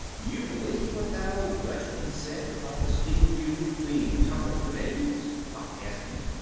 you believe what that old dutchman said about the steel cubes being atomic grenades? pop asked me.